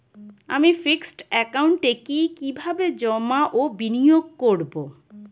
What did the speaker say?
আমি ফিক্সড একাউন্টে কি কিভাবে জমা ও বিনিয়োগ করব?